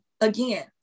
again